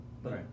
Right